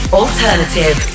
alternative